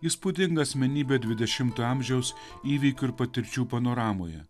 įspūdinga asmenybė dvidešimto amžiaus įvykių ir patirčių panoramoje